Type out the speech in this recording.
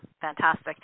Fantastic